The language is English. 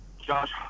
josh